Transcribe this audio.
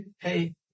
hey